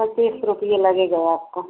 पच्चीस रुपये लगेगा आपको